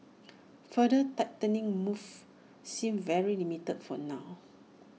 further tightening moves seem very limited for now